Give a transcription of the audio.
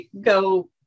go